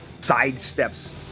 sidesteps